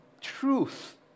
truth